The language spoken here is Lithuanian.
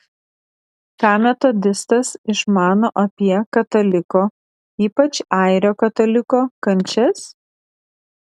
ką metodistas išmano apie kataliko ypač airio kataliko kančias